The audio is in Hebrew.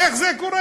איך זה קורה?